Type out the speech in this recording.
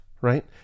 right